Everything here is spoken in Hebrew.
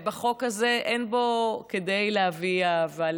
החוק הזה, אין בו כדי להביא אהבה.